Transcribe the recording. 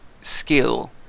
skill